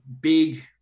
big